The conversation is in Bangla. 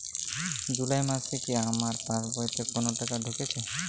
জুলাই মাসে কি আমার পাসবইতে কোনো টাকা ঢুকেছে?